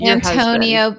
Antonio